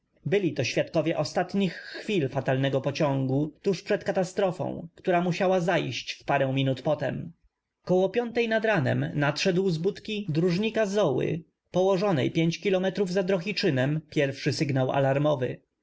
byli to św iadkow ie ostatn ich chwil fatalnego pociągu tuż przed katastrofą k tó ra m usiała zajść w parę m inut p o te m koło piątej nad ranem nadszedł z budki dróżnika zoły położonej pięć kilometrów za d rohiczy nem pierwszy sygnał alarm